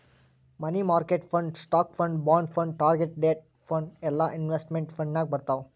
money market fund, stock fund, bond fund, target date fund ಎಲ್ಲಾ investment fund ನಾಗ್ ಬರ್ತಾವ್